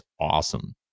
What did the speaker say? awesome